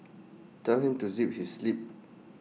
tell him to zip his lip